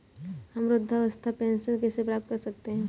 हम वृद्धावस्था पेंशन कैसे प्राप्त कर सकते हैं?